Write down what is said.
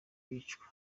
bicwa